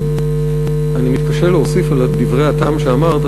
אני מתקשה להוסיף על דברי הטעם שאמרת,